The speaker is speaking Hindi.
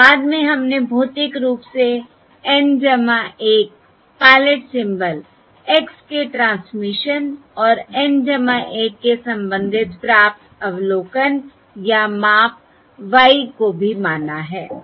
और बाद में हमने भौतिक रूप से N 1 पायलट सिंबल x के ट्रांसमिशन और N 1 के संबंधित प्राप्त अवलोकन या माप y को भी माना है